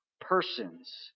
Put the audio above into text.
persons